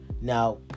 Now